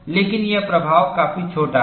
लेकिन यह प्रभाव काफी छोटा है